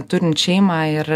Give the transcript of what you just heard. turint šeimą ir